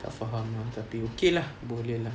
tak faham lah tapi okay lah boleh lah